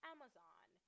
Amazon